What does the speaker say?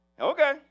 Okay